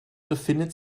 befindet